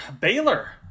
Baylor